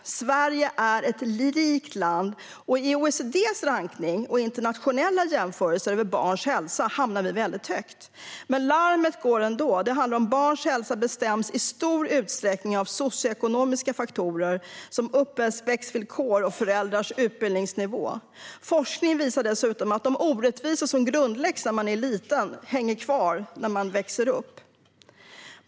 Sverige är ett rikt land. I OECD:s rankning och internationella jämförelse av barns hälsa hamnar vi väldigt högt. Men larmet går ändå. Det handlar om att barns hälsa i stor utsträckning bestäms av socioekonomiska faktorer som uppväxtvillkor och föräldrars utbildningsnivå. Forskning visar dessutom att de orättvisor som grundläggs när man är liten hänger kvar när man växer upp.